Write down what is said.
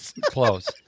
close